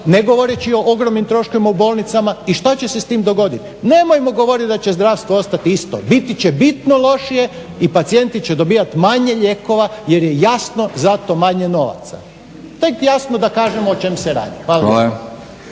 ne govoreći o ogromnim troškovima u bolnicama i što će se s tim dogoditi? Nemojmo govoriti da će zdravstvo ostati isto, biti će bitno lošije i pacijenti će dobivati manje lijekova jer je jasno za to manje novaca. Tek jasno da kažemo o čemu se radi. Hvala.